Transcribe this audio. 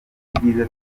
ibyiza